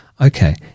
okay